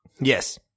Yes